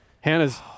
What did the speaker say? Hannah's